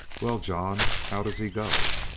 well, john, how does he go?